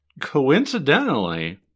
coincidentally